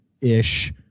ish